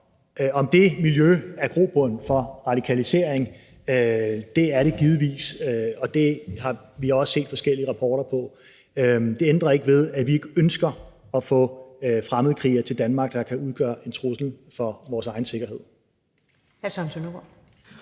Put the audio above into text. Om det miljø er grobund for radikalisering – det er det givetvis, og det har vi også set forskellige rapporter om – ændrer ikke ved, at vi ikke ønsker at få fremmedkrigere, der kan udgøre en trussel for vores egen sikkerhed,